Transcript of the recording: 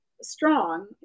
strong